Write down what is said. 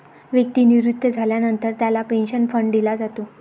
व्यक्ती निवृत्त झाल्यानंतर त्याला पेन्शन फंड दिला जातो